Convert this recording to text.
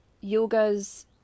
yoga's